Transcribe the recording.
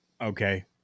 okay